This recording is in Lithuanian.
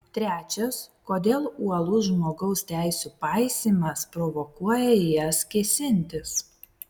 trečias kodėl uolus žmogaus teisių paisymas provokuoja į jas kėsintis